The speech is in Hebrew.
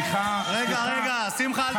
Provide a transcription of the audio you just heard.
רגע, רגע, שמחה, אל תלך.